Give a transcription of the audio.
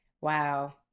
Wow